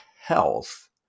health